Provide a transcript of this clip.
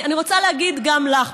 אני רוצה להגיד גם לך,